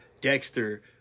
Dexter